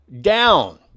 down